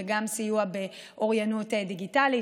וגם סיוע באוריינות דיגיטלית,